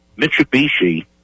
Mitsubishi